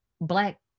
Black